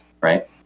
right